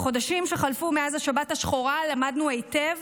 בחודשים שחלפו מאז השבת השחורה למדנו היטב